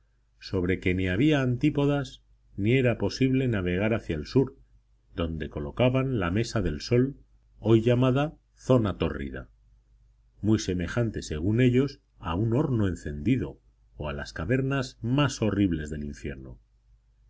sobre que ni había antípodas ni era posible navegar hacia el sur donde colocaban la mesa del sol hoy llamada zona tórrida muy semejante según ellos a un horno encendido o a las cavernas más horribles del infierno